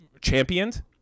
championed